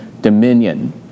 dominion